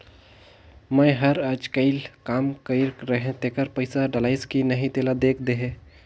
मै हर अईचकायल काम कइर रहें तेकर पइसा डलाईस कि नहीं तेला देख देहे?